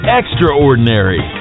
extraordinary